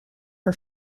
her